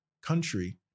country